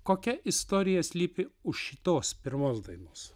kokia istorija slypi už šitos pirmos dainos